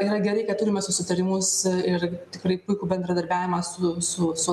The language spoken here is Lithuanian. yra gerai kad turime susitarimus ir tikrai puikų bendradarbiavimą su su su